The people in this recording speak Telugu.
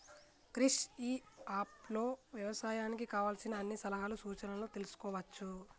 క్రిష్ ఇ అప్ లో వ్యవసాయానికి కావలసిన అన్ని సలహాలు సూచనలు తెల్సుకోవచ్చు